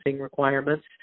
requirements